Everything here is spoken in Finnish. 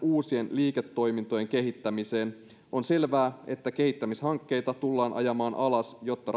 uusien liiketoimintojen kehittämiseen on selvää että kehittämishankkeita tullaan ajamaan alas jotta